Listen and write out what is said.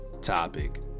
topic